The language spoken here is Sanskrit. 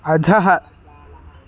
अधः